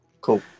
Cool